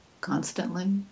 constantly